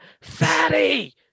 fatty